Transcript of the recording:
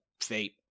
fate